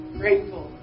grateful